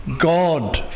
God